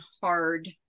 hard